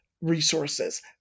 resources